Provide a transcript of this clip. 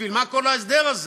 בשביל מה כל ההסדר הזה?